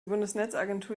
bundesnetzagentur